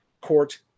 court